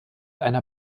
einer